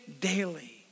daily